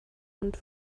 und